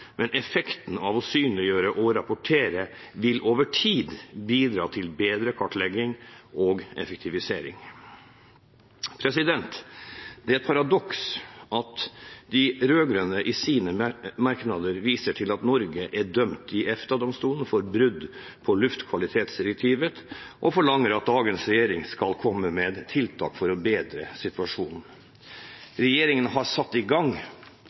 men effekten av å synliggjøre og rapportere vil over tid bidra til bedre kartlegging og effektivisering. Det er et paradoks at de rød-grønne i sine merknader viser til at Norge er dømt i EFTA-domstolen for brudd på luftkvalitetsdirektivet og forlanger at dagens regjering skal komme med tiltak for å bedre situasjonen. Regjeringen har satt i gang